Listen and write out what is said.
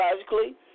psychologically